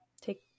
take